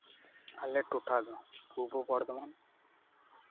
ᱟᱞᱮ ᱴᱚᱴᱷᱟ ᱫᱚ ᱯᱩᱨᱵᱚ ᱵᱚᱨᱫᱷᱚᱢᱟᱱ